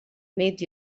nit